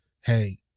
Hey